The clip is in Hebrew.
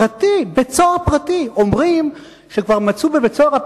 פרטי, בית-סוהר פרטי.